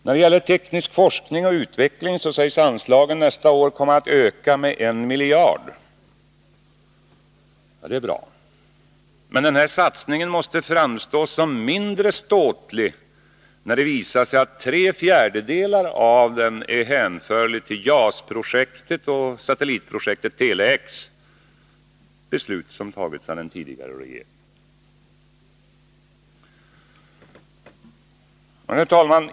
När det gäller teknisk forskning och utveckling sägs anslagen nästa år komma att öka med 1 miljard kronor. Det är bra. Men den här satsningen måste framstå som mindre ståtlig, när det visar sig att tre fjärdedelar av den är hänförliga till JAS-projektet och satellitprojektet Tele-X — beslut som tagits av den tidigare regeringen. Herr talman!